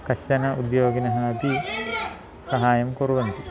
केचन उद्योगिनः अपि सहायं कुर्वन्ति